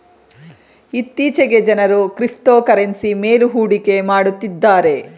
ಇತ್ತೀಚೆಗೆ ಜನರು ಕ್ರಿಪ್ತೋಕರೆನ್ಸಿ ಮೇಲು ಹೂಡಿಕೆ ಮಾಡುತ್ತಿದ್ದಾರೆ